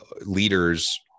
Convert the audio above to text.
leaders